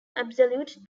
absolute